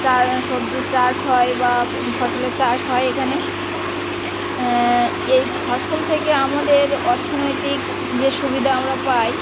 চারা সবজি চাষ হয় বা ফসলের চাষ হয় এখানে এই ফসল থেকে আমাদের অর্থনৈতিক যে সুবিধা আমরা পাই